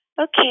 Okay